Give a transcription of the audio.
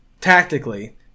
tactically